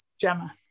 Gemma